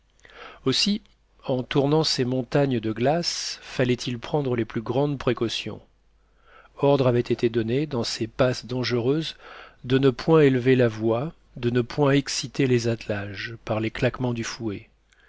aussi en tournant ces montagnes de glace fallait-il prendre les plus grandes précautions ordre avait été donné dans ces passes dangereuses de ne point élever la voix de ne point exciter les attelages par les claquements du fouet